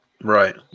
Right